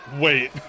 Wait